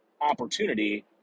opportunity